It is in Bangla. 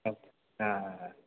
হ্যাঁ হ্যাঁ হ্যাঁ